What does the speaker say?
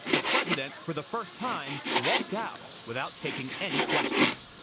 the president for the first time walked out without taking any questions.